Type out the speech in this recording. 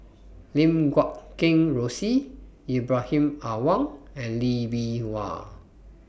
Lim Guat Kheng Rosie Ibrahim Awang and Lee Bee Wah